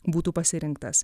būtų pasirinktas